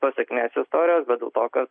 tos sėkmės istorijos bet dėl to kad